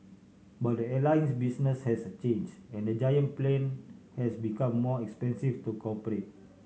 but the airline his business has a change and the giant plane has become more expensive to cooperate